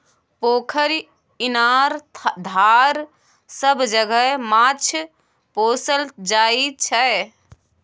पोखरि, इनार, धार सब जगह माछ पोसल जाइ छै